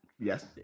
Yes